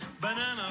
banana